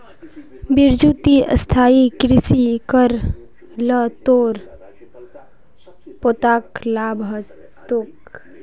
बिरजू ती स्थायी कृषि कर ल तोर पोताक लाभ ह तोक